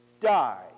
die